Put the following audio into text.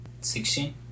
Sixteen